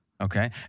Okay